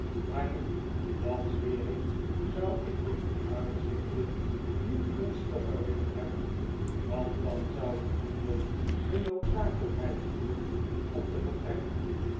maar nu dat zweer ik zou ik de vooruitzichten niet gunstiger willen hebben want dan zou ik minder de noodzakelijkheid voelen om te vertrekken